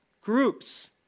Groups